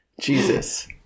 Jesus